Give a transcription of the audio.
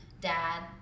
dad